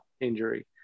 injury